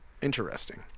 Interesting